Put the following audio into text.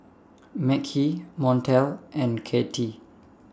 Mekhi Montel and Katy